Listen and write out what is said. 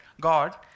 God